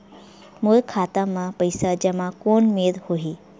मोर खाता मा पईसा जमा कोन मेर होही?